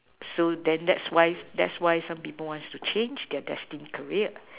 so then that's why that's why some people wants to change their destined career